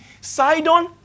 Sidon